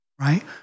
right